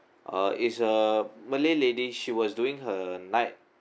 uh is a malay lady she was doing her night